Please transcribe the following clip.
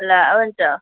ल हुन्छ